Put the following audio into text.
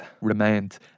remained